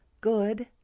good